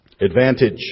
Advantage